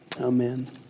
amen